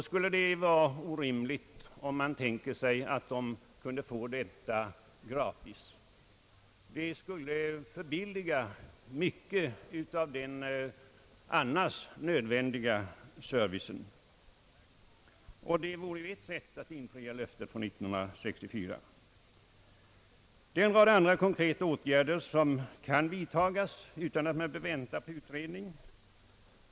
Skulle det vara orimligt att ge dem telefon gratis? Det skulle förbilliga mycket av den annars nödvändiga servicen. Det vore också ett sätt att infria löftet från år 1964. Det är en rad andra konkreta åtgärder som kan vidtagas nu, utan att man väntar på utredning.